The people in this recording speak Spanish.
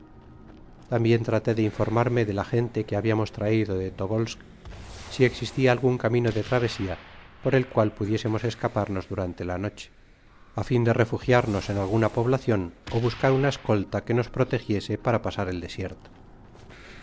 tambien traté de informarme de la gente que habiamos traido de tobolsk si existia algun camino de travesía por el cual pudiésemos escaparnos durante la noche á fin de refugiar nos en alguna poblacion ó buscar una escolta que nos protegiese para pasar el desierto